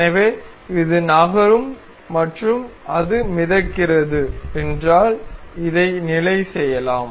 எனவே இது நகரும் மற்றும் அது மிதக்கிறது என்றால் இதை நிலை செய்யலாம்